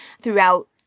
throughout